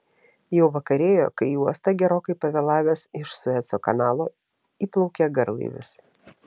jau vakarėjo kai į uostą gerokai pavėlavęs iš sueco kanalo įplaukė garlaivis